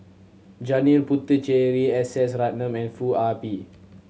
Janil Puthucheary S S Ratnam and Foo Ah Bee